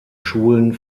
schulen